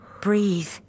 Breathe